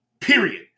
Period